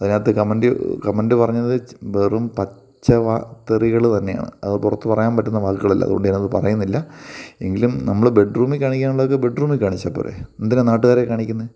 അതിൻ്റെ അകത്ത് comment comment പറഞ്ഞത് വെറും പച്ച വ തെറികൾ തന്നെയാണ് അവ പുറത്ത് പറയാൻ പറ്റുന്ന വാക്കുകളല്ല അതുകൊണ്ട് ഞാൻ അത് പറയുന്നില്ല എങ്കിലും നമ്മൾ ബെഡ്റൂമിൽ കാണിക്കാനുള്ളതൊക്കെ ബെഡ്റൂമിൽ കാണിച്ചാൽ പോരെ എന്തിനാണ് നാട്ടുകാരെ കാണിക്കുന്നത്